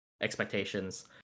expectations